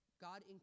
God